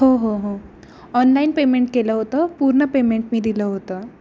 हो हो हो ऑनलाईन पेमेंट केलं होतं पूर्ण पेमेंट मी दिलं होतं